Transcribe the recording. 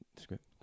script